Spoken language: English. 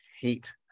hate